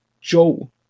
Joe